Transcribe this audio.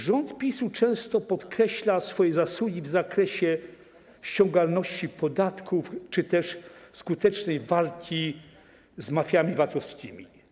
Rząd PiS-u często podkreśla swoje zasługi w zakresie ściągalności podatków czy też skutecznej walki z mafiami VAT-owskimi.